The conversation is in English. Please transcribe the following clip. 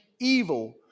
evil